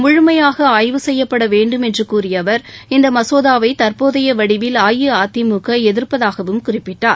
முழுமையாக ஆய்வு செய்யப்பட வேண்டும் என்று கூறிய அவர் இந்த மசோதாவை தற்போதைய வடிவில் அஇஅதிமுக எதிர்ப்பதாகவும் குறிப்பிட்டார்